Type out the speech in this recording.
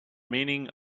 meaning